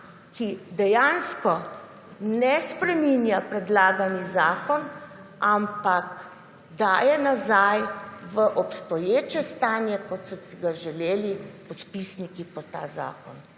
ki dejansko ne spreminja predlagani zakon, ampak daje nazaj v obstoječe stanje kot so si ga želeli podpisniki pod ta zakon,